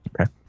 Okay